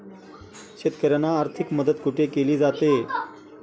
शेतकऱ्यांना आर्थिक मदत कुठे केली जाते?